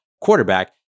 quarterback